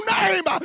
name